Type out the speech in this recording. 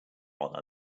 honor